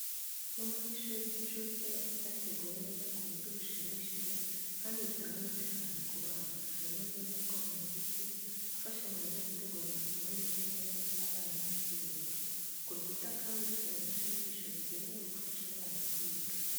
Icyumba cy’ishuri ry’incuke cyateguwe neza ku buryo bushimishije kandi butanga umutekano ku bana. Harimo ameza akoze mu giti afasha mwarimu gutegura amasomo ndetse n’intebe z’abana z’ubururu. Ku rukuta kandi hari imfashanyigisho zigenewe gufasha abana kwiga.